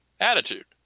attitude